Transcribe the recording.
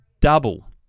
double